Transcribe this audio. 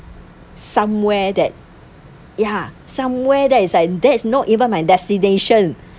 somewhere that ya somewhere that it's like that's not even my destination